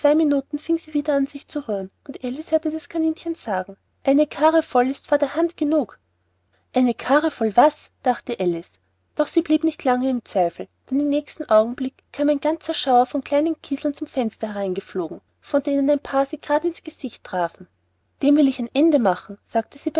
minuten fingen sie wieder an sich zu rühren und alice hörte das kaninchen sagen eine karre voll ist vor der hand genug eine karre voll was dachte alice doch blieb sie nicht lange im zweifel denn den nächsten augenblick kam ein schauer von kleinen kieseln zum fenster herein geflogen von denen ein paar sie gerade in's gesicht trafen dem will ich ein ende machen sagte sie